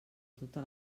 tota